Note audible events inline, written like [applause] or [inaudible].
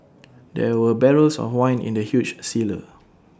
there were barrels of wine in the huge [unintelligible]